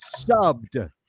subbed